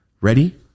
Ready